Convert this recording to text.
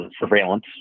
surveillance